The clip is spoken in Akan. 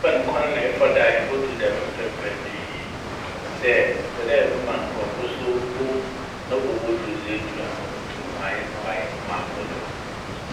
Ebɛn kwan na efa a do a ebodur dɛm mpɛnpɛndo yi? Ɔnam dɛ mepɛ dɛ mema nkorɔfo so wohu na wobobodur dze edur ama woetum wɔayɛ na wɔayɛ na wɔabor do.